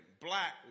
black